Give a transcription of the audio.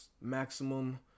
maximum